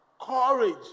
courage